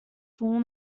formed